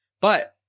but-